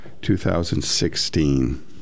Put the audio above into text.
2016